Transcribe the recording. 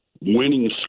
winning